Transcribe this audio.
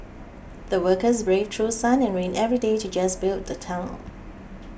the workers braved through sun and rain every day to just build the tunnel